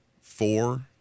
four